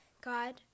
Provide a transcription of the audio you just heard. God